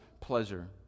pleasure